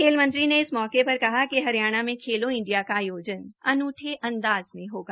खेल मंत्री ने इस मौके पर कहा कि हरियाणा में खेलो इंडिया का आयोजन अनूठे अंदाज में होगा